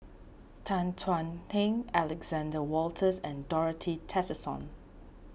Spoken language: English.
Tan Thuan Heng Alexander Wolters and Dorothy Tessensohn